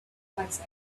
bicycles